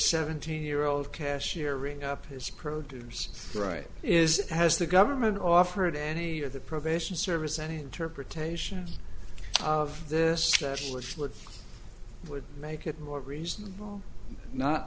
seventeen year old cashier ring up his produce right is has the government offered any of the probation service any interpretation of this would make it more reasonable not